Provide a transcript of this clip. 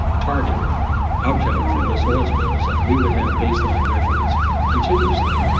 target outcome from this oil spill is that we would have baseline measurements continuously.